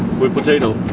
with potato?